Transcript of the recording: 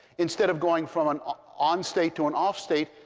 instead of going from an on state to an off state,